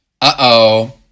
Uh-oh